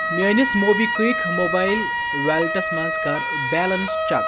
میٲنِس MobiKwik mobile ویلیٹَس منٛز کَر بیلنس چیک